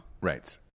Right